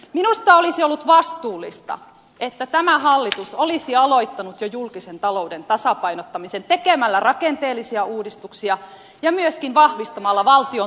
minusta olisi ollut vastuullista että tämä hallitus olisi jo aloittanut julkisen talouden tasapainottamisen tekemällä rakenteellisia uudistuksia ja myöskin vahvistamalla valtion tulopohjaa